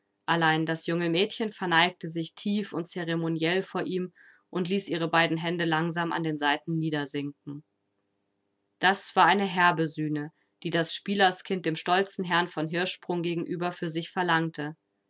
allein das junge mädchen verneigte sich tief und zeremoniell vor ihm und ließ ihre beiden hände langsam an den seiten niedersinken das war eine herbe sühne die das spielerskind dem stolzen herrn von hirschsprung gegenüber für sich verlangte